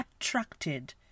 attracted